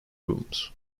rooms